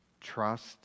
trust